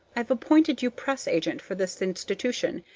i've appointed you press agent for this institution,